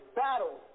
battle